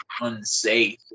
unsafe